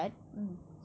mm